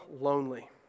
lonely